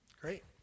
Great